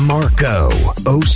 Marco